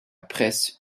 presse